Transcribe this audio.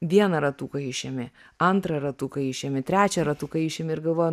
vieną ratuką išimi antrą ratuką išimi trečią ratuką išimi ir galvoju